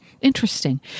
Interesting